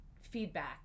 feedback